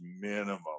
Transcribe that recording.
minimum